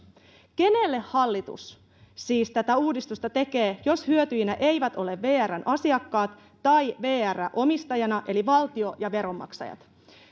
kenelle hallitus siis tätä uudistusta tekee jos hyötyjinä eivät ole vrn asiakkaat tai vr omistajana eli valtio ja veronmaksajat